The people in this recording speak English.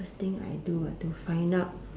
first thing I [do] ah to find out